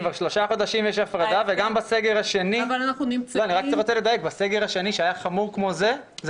כבר 3 חודשים יש הפרדה וגם בסגר השני שהיה חמור כמו זה,